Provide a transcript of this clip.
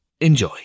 Enjoy